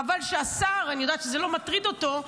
חבל שהשר, אני יודעת שזה לא מטריד אותו.